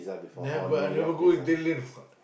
never I never go with delivery